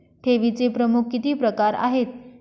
ठेवीचे प्रमुख किती प्रकार आहेत?